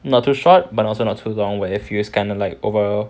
not too short but also not long where it feels kinda like over